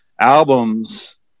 albums